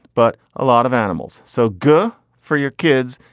but a lot of animals. so good for your kids,